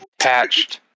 patched